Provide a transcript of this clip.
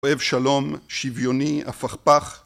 ‫אוהב שלום, שוויוני, הפכפך.